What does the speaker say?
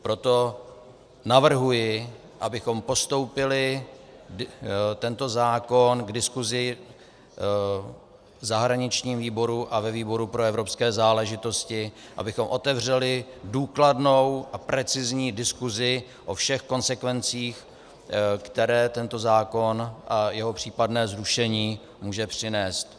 Proto navrhuji, abychom postoupili tento zákon k diskusi zahraničnímu výboru a výboru pro evropské záležitosti, abychom otevřeli důkladnou a precizní diskusi o všech konsekvencích, které tento zákon a jeho případné zrušení může přinést.